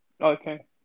Okay